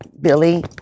Billy